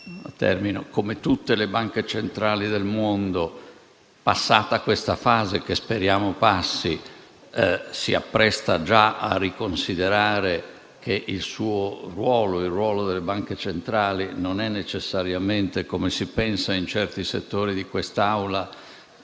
come tutte le banche centrali del mondo, passata questa fase, che speriamo passi, si appresta già a riconsiderare che il ruolo proprio e delle banche centrali in generale non è necessariamente - come si pensa in certi settori di questa